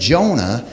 Jonah